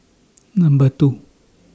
Number two